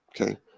okay